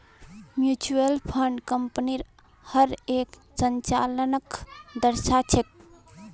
mutual fund कम्पनीर हर एक संचालनक दर्शा छेक